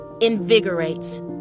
invigorates